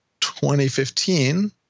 2015